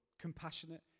Compassionate